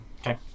Okay